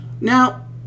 Now